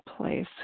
place